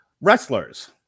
Wrestlers